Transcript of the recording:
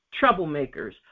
troublemakers